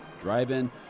Drive-In